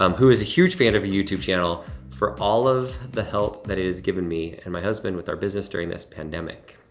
um who is a huge fan of your youtube channel for all of the help that it has given me and my husband with our business during this pandemic.